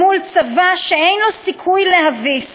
ומול צבא שאין לו סיכוי להביס.